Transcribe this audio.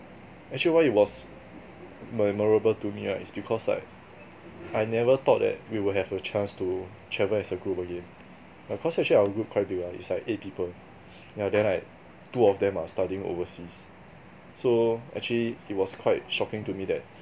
actually why it was memorable to me right is because like I never thought that we would had a chance to travel as a group again ya cause actually our group quite big lah it's like eight people yeah then like two of them are studying overseas so actually it was quite shocking to me that